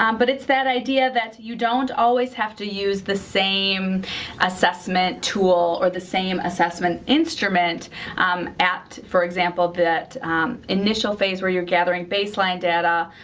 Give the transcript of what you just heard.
um but it's that idea that you don't always have to use the same assessment tool or the same assessment instrument at, for example, that initial phase where you're gathering baseline data,